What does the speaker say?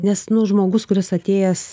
nes nu žmogus kuris atėjęs